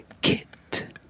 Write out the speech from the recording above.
get